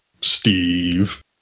Steve